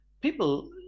people